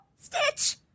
Stitch